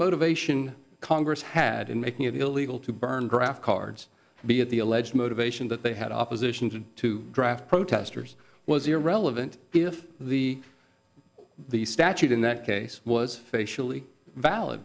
motivation congress had in making it illegal to burn draft cards be at the alleged motivation that they had opposition to to draft protesters was irrelevant if the the statute in that case was